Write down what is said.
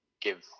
give